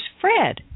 Fred